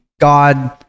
God